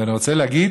ואני רוצה להגיד